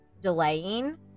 delaying